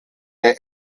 der